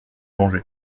manger